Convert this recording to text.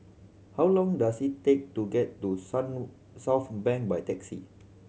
how long does it take to get to sun Southbank by taxi